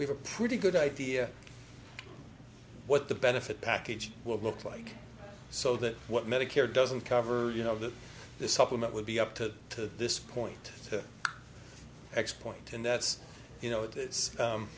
we've a pretty good idea what the benefit package will look like so that what medicare doesn't cover you know that the supplement will be up to this point to x point and that's you know it